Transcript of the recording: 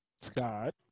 Scott